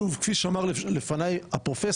שוב כפי שאמר לפני הפרופסור,